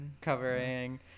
covering